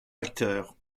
acteur